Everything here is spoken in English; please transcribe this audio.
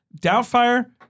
Doubtfire